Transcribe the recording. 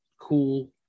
cool